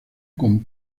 con